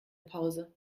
pause